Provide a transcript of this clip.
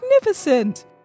magnificent